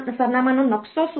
સરનામાંનો નકશો શું છે